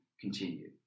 continue